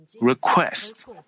request